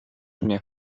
mnie